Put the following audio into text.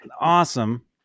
awesome